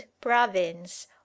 province